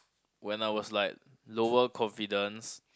when I was like lower confidence